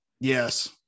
Yes